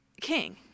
king